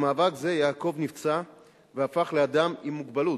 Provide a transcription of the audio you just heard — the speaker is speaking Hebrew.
במאבק זה יעקב נפצע והפך לאדם עם מוגבלות,